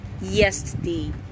yesterday